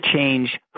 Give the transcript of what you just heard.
change